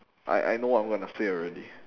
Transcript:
I I know what I'm gonna say already